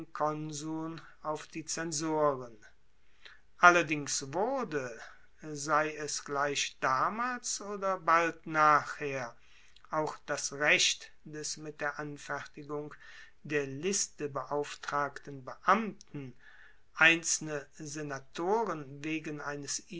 konsuln auf die zensoren allerdings wurde sei es gleich damals oder bald nachher auch das recht des mit der anfertigung der liste beauftragten beamten einzelne senatoren wegen eines